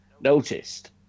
noticed